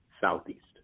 southeast